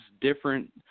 different